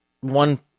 one